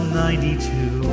ninety-two